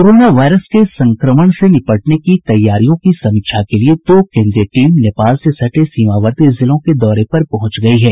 corona virus के संक्रमण से निपटने की तैयारियों की समीक्षा के लिए दो केन्द्रीय टीम नेपाल से सटे सीमावर्ती जिलों के दौरे पर पहुंच गयी है